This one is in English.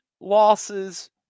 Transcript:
losses